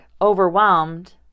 overwhelmed